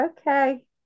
okay